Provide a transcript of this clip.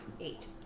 Eight